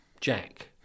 Jack